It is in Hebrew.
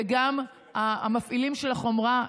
וגם המפעילים של החומרה,